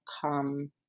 come